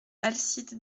alcide